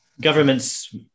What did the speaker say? governments